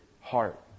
heart